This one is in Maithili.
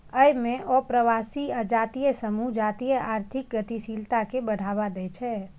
अय मे अप्रवासी आ जातीय समूह जातीय आर्थिक गतिशीलता कें बढ़ावा दै छै